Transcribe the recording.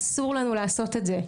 אסור לנו לעשות את זה.